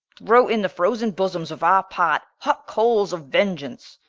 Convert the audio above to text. throw in the frozen bosomes of our part, hot coales of vengeance.